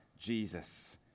Jesus